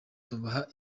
tubaha